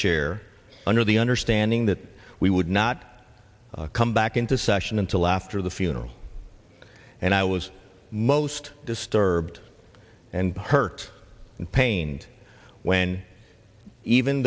chair under the understanding that we would not come back into session until after the funeral and i was most disturbed and hurt and pain when even